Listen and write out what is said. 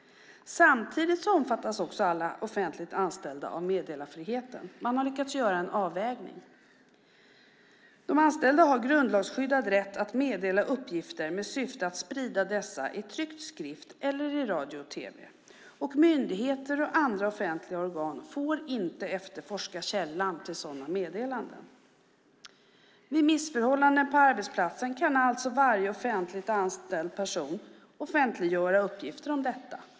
Samtidigt omfattas alla offentligt anställda av meddelarfriheten. Man har lyckats göra en avvägning. De anställda har grundlagsskyddad rätt att meddela uppgifter med syfte att sprida dessa i tryck, skrift eller i radio och tv. Myndigheter och andra offentliga organ får inte efterforska källan till sådana meddelanden. Vid missförhållanden på arbetsplatsen kan alltså varje offentligt anställd person offentliggöra uppgifter om detta.